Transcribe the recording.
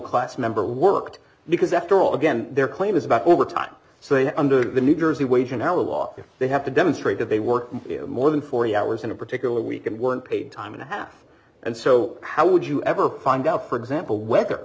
class member worked because after all again their claim is about overtime so under the new jersey wage and how often they have to demonstrate that they work more than forty hours in a particular week and weren't paid time and a half and so how would you ever find out for example whether